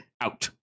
out